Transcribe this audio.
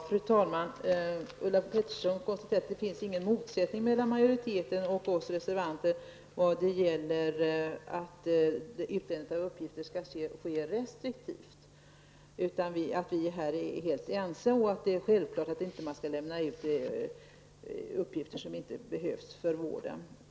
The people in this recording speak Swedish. Fru talman! Ulla Pettersson konstaterade att det inte finns någon motsättning mellan majoriteten och oss reservanter när det gäller uppfattningen att inhämtandet av uppgifter skall ske restriktivt. På den punkten är vi enligt Ulla Pettersson helt ense -- det är självklart att man inte skall lämna ut uppgifter som inte behövs för vården.